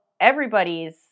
everybody's